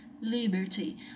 liberty